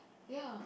ya